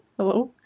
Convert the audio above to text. hello?